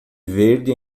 verde